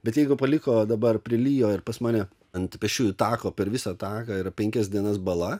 bet jeigu paliko dabar prilijo ir pas mane ant pėsčiųjų tako per visą taką yra penkias dienas bala